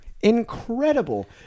Incredible